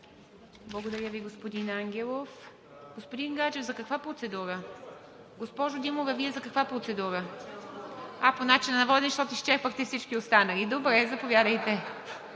ПРЕДСЕДАТЕЛ ИВА МИТЕВА: Господин Гаджев, за каква процедура? Госпожо Димова, Вие за каква процедура? А, по начина на водене, защото изчерпахте всички останали. Добре, заповядайте.